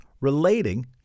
relating